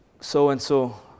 so-and-so